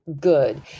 good